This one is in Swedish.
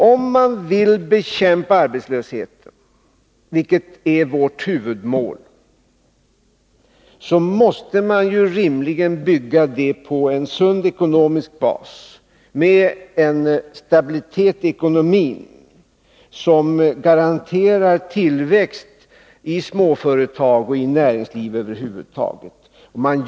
Om man vill bekämpa arbetslösheten, vilket är vårt mål, måste man rimligen bygga denna strävan på en sund ekonomisk bas och en stabilitet i ekonomin som gör att tillväxten i småföretagen och näringslivet över huvud taget kan garanteras.